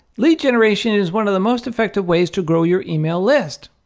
lead generation is one of the most effective ways to grow your email list.